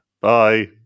Bye